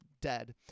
dead